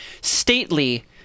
stately